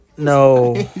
No